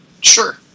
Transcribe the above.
sure